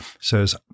says